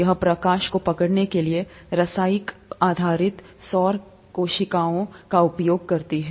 यह प्रकाश को पकड़ने के लिए रासायनिक आधारित सौर कोशिकाओं का उपयोग करता है